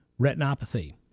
retinopathy